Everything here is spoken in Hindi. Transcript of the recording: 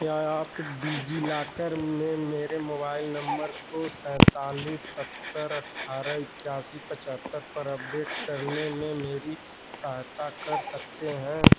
क्या आप डिज़िलॉकर में मेरे मोबाइल नम्बर को सैँतालिस सत्तर अठारह एकासी पचहत्तर पर अपडेट करने में मेरी सहायता कर सकते हैं